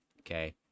Okay